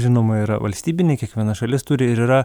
žinoma yra valstybinė kiekviena šalis turi ir yra